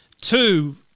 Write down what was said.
Two